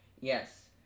Yes